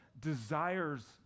desires